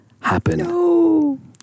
happen